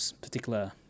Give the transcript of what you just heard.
particular